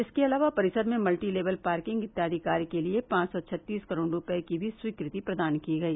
इसके अलावा परिसर में मल्टी लेबल पार्किंग इत्यादि कार्य के लिए पांच सौ छत्तीस करोड़ रूपये की भी स्वीकृति प्रदान की गयी